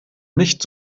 nicht